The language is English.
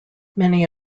many